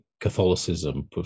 Catholicism